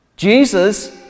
Jesus